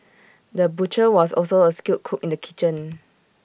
the butcher was also A skilled cook in the kitchen